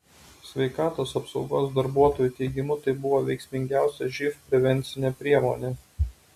sveikatos apsaugos darbuotojų teigimu tai buvo veiksmingiausia živ prevencinė priemonė